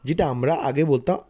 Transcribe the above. যেটা আমরা আগে বলতাম